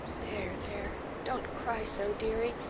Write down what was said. there there don't cry so, dearie.